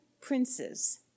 princes